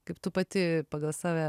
kaip tu pati pagal save